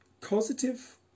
causative